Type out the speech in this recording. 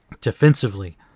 Defensively